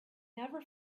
never